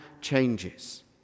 changes